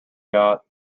got